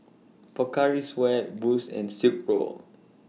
Pocari Sweat Boost and Silkpro